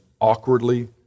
awkwardly